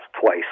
twice